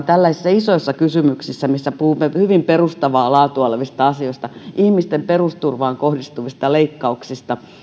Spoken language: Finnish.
tällaisissa isoissa kysymyksissä joissa puhumme hyvin perustavaa laatua olevista asioista ihmisten perusturvaan kohdistuvista leikkauksista minusta voisi olla paikallaan